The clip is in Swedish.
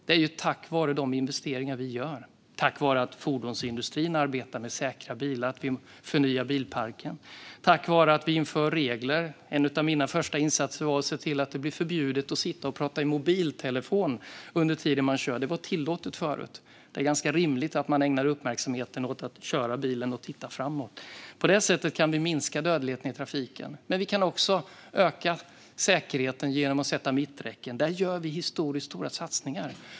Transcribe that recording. Den minskar tack vare de investeringar som vi gör, tack vare att fordonsindustrin arbetar med säkra bilar och att vi förnyar bilparken och tack vare att vi inför regler. En av mina första insatser var att se till att det blev förbjudet att tala i mobiltelefon under tiden som man kör. Det var tillåtet förut. Det är ganska rimligt att man ägnar uppmärksamheten åt att köra bilen och titta framåt. På detta sätt kan vi minska dödligheten i trafiken. Men vi kan också öka säkerheten genom mitträcken. Där gör vi historiskt stora satsningar.